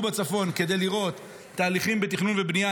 בצפון כדי לראות תהליכים בתכנון ובנייה,